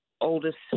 oldest